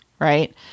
right